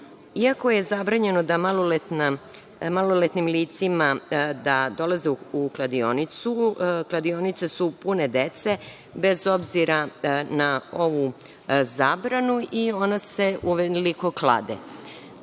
Iako je zabranjeno maloletnim licima da dolaze u kladionicu, kladionice su pune dece, bez obzira na ovu zabranu i ona se uveliko klade.